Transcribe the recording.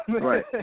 Right